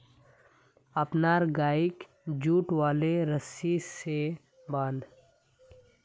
अपनार गइक जुट वाले रस्सी स बांध